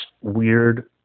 weird